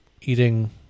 eating